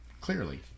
Clearly